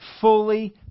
fully